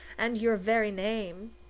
and your very name!